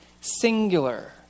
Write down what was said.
singular